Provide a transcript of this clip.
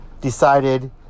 decided